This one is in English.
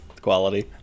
quality